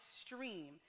stream